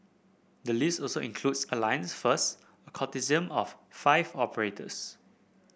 the list also includes Alliance First a consortium of five operators